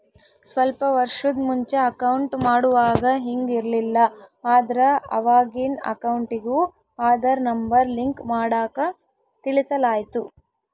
ಸ್ವಲ್ಪ ವರ್ಷುದ್ ಮುಂಚೆ ಅಕೌಂಟ್ ಮಾಡುವಾಗ ಹಿಂಗ್ ಇರ್ಲಿಲ್ಲ, ಆದ್ರ ಅವಾಗಿನ್ ಅಕೌಂಟಿಗೂ ಆದಾರ್ ನಂಬರ್ ಲಿಂಕ್ ಮಾಡಾಕ ತಿಳಿಸಲಾಯ್ತು